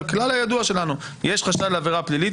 הכלל הידוע שלנו: יש חשד לעבירה פלילית?